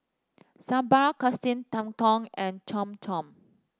Sambar Katsu Tendon and Cham Cham